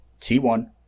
T1